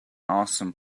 awesome